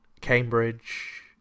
Cambridge